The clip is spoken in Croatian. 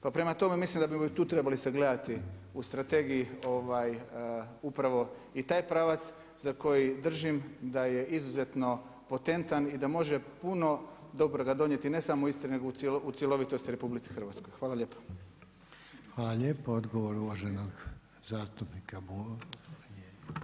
Pa prema tome mislim da bismo i tu trebali sagledati u strategiji upravo i taj pravac za koji držim da je izuzetno potentan i da može puno dobroga donijeti ne samo Istri nego u cjelovitosti Republici Hrvatskoj.